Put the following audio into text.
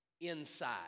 inside